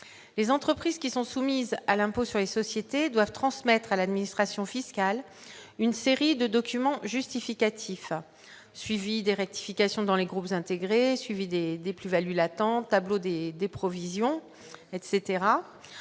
les entreprises qui sont soumises à l'impôt sur les sociétés doivent transmettre à l'administration fiscale, une série de documents justificatifs suivi des rectifications dans les groupes intégrés, suivi des des plus-values latentes Tableau des des provisions, etc,